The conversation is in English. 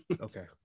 Okay